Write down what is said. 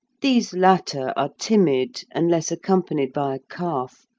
these latter are timid, unless accompanied by a calf,